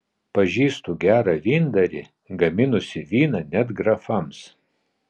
pažįstu gerą vyndarį gaminusi vyną net grafams